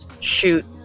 shoot